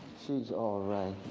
she's alright,